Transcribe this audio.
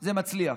זה מצליח.